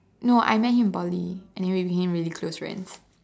no I met him in Poly and we became really close friends